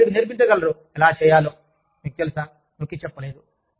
వారు మీకు నేర్పించగలరు ఎలా చేయాలో మీకు తెలుసా నొక్కిచెప్పలేదు